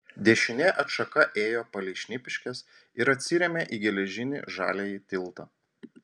dešinė atšaka ėjo palei šnipiškes ir atsirėmė į geležinį žaliąjį tiltą